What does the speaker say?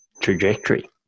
trajectory